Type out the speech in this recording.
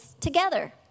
together